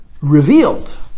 revealed